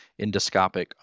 endoscopic